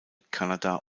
kanada